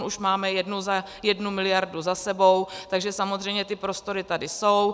Už máme jednu na jednu miliardu za sebou, takže samozřejmě ty prostory tady jsou.